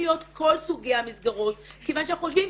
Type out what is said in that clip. להיות כל סוגי המסגרות כיוון שאנחנו חושבים,